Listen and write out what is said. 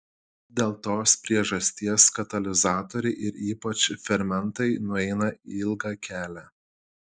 dėl tos priežasties katalizatoriai ir ypač fermentai nueina ilgą kelią